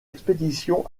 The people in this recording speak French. expédition